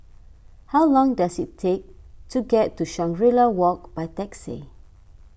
how long does it take to get to Shangri La Walk by taxi